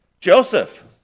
Joseph